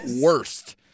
worst